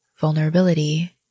vulnerability